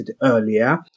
earlier